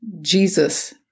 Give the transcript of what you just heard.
Jesus